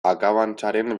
akabantzaren